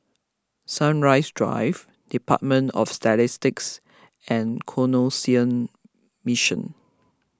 Sunrise Drive Department of Statistics and Canossian Mission